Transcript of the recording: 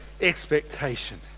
expectation